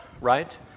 right